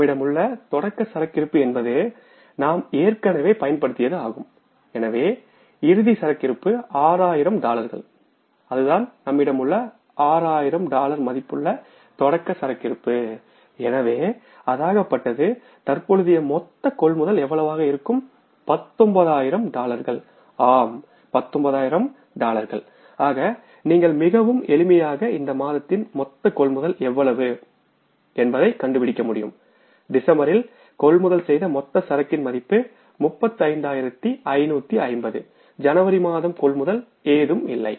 நம்மிடம் உள்ள தொடக்க சரக்கிருப்பு என்பது நாம் ஏற்கனவே பயன்படுத்தியதாகும்எனவே இறுதி சரக்கிருப்பு 6000 டாலர்கள்அதுதான் நம்மிடம் உள்ள 6000 டாலர் மதிப்புள்ள தொடக்க சரக்கிருப்பு ஆகும்எனவேதற்பொழுதைய மொத்த கொள்முதல் எவ்வளவாக இருக்கும் 19000 டாலர்கள்ஆம் 19000 டாலர்கள் ஆகாநீங்கள் மிகவும் எளிமையாக இந்த மாதத்தின் மொத்த கொள்முதல் எவ்வளவு என்பதை கண்டுபிடிக்க முடியும்டிசம்பர் இல் கொள்முதல் செய்த மொத்த சரக்கின் மதிப்பு 35550ஜனவரி மாதம் கொள்முதல் ஏதும் இல்லை